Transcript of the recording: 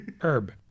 herb